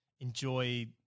enjoy